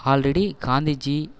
already Gandhiji